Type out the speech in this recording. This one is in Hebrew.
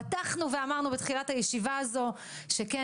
פתחנו ואמרנו בתחילת הישיבה הזו שכן